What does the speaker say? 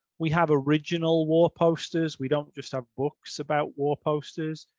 we have original war posters. we don't just have books about war posters.